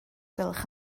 gwelwch